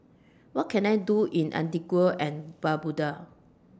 What Can I Do in Antigua and Barbuda